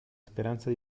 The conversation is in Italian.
speranza